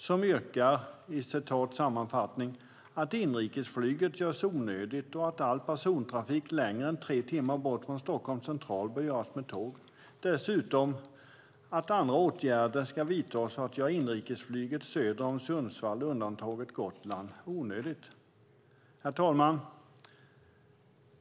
Sammanfattat yrkar de att inrikesflyget görs onödigt, och de skriver att all persontrafik mer än tre timmar bort från Stockholms central bör göras med tåg. Dessutom skriver de att alla åtgärder ska vidtas för att göra inrikesflyget söder om Sundsvall, Gotland undantaget, onödigt. Herr talman!